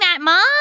Mom